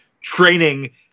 training